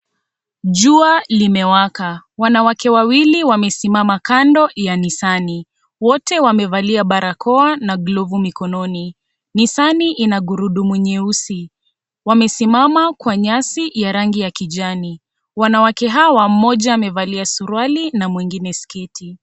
Jua limewaka, wanawake wawili wamesimama kando ya Nissani. Wote wamevalia barakoa na glavu mikononi. Nissani ina gurudumu nyeusi. Wamesimama kwa nyasi ya rangi ya kijani. Wanawake hawa, mmoja amevalia suruali na mwingine sketi.